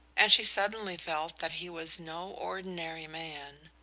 and she suddenly felt that he was no ordinary man.